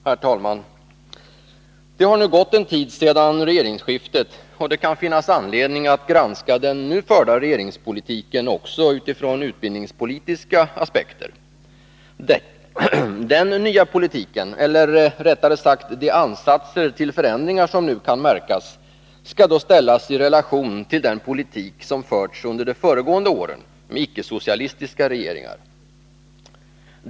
Herr talman! Det har gått en tid sedan regeringsskiftet, och det kan finnas anledning att granska den nu förda regeringspolitiken också utifrån utbildningspolitiska aspekter. Den nya politiken, eller rättare sagt de ansatser till förändringar som nu kan märkas, skall då ställas i relation till den politik som förts under de föregående åren med icke-socialistiska regeringar.